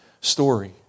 story